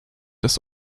des